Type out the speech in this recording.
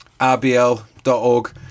rbl.org